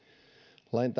lain